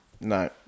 No